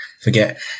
forget